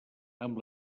amb